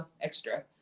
extra